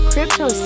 Crypto